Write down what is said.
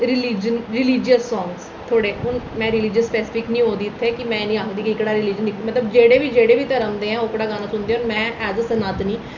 religion religious song थोह्ड़े हून में रिलिजियस पैसिफिक निं होऐ दी इत्थै कि में निं आखदी कि एह्कड़ा रिलिजन मतलब जेह्ड़े बी जेह्ड़े बी जेह्ड़े बी उद्धर औंदे ऐ ओह्कड़ा गाना सुलदे न में है ते सनातनी